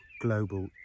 global